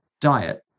diet